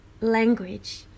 language